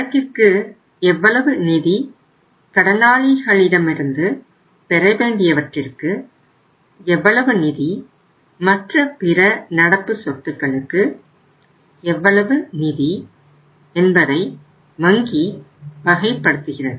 சரக்கிற்கு எவ்வளவு நிதி கடனாளிகளிடமிருந்து பெறவேண்டியவற்றிற்கு எவ்வளவு நிதி மற்ற பிற நடப்பு சொத்துக்களுக்கு எவ்வளவு நிதி என்பதை வங்கி வகைப்படுத்துகிறது